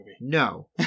No